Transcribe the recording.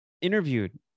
interviewed